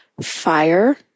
fire